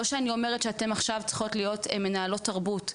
לא שאני אומרת שאתן עכשיו צריכות להיות מנהלות תרבות,